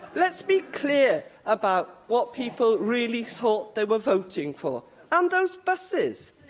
let's be clear about what people really thought they were voting for and those buses.